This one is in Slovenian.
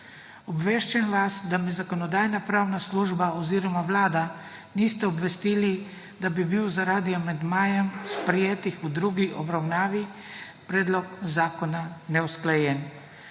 Obveščam vas, da me Zakonodajno-pravna služba oziroma Vlada nista obvestili, da bi bil zaradi amandmajev, sprejetih v drugi obravnavi, predlog zakona neusklajen.